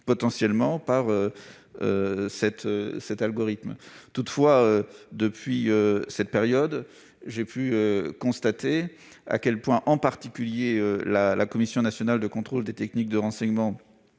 connexion par algorithme. Toutefois, depuis, j'ai pu constater à quel point en particulier la Commission nationale de contrôle des techniques de renseignement